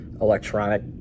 electronic